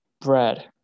bread